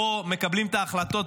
פה מקבלים את ההחלטות,